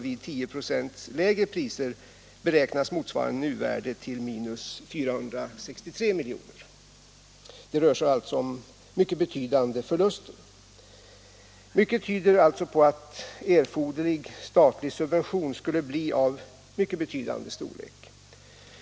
Vid 10 96 lägre priser beräknas motsvarande nuvärde till 463 milj.kr. Det rör sig alltså om mycket betydande förluster och mycket tyder på att erforderliga statliga subventioner skulle bli av mycket betydande storlek.